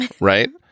right